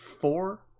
four